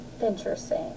interesting